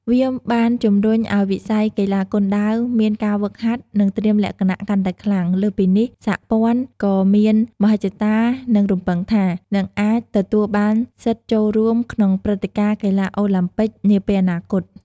វាបានជំរុញឱ្យវិស័យកីឡាគុនដាវមានការហ្វឹកហាត់ និងត្រៀមលក្ខណៈកាន់តែខ្លាំង លើសពីនេះ សហព័ន្ធក៏មានមហិច្ឆតា និងរំពឹងថា នឹងអាចទទួលបានសិទ្ធិចូលរួមក្នុងព្រឹត្តិការណ៍កីឡាអូឡាំពិកនាពេលអនាគត។